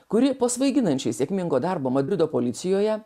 kuri po svaiginančiai sėkmingo darbo madrido policijoje